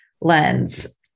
lens